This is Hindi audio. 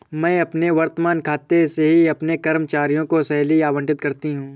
मैं अपने वर्तमान खाते से ही अपने कर्मचारियों को सैलरी आबंटित करती हूँ